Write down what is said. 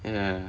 ya